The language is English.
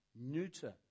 neuter